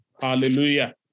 Hallelujah